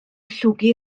llwgu